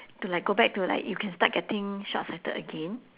to like go back to like you can start getting short sighted again